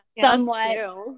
somewhat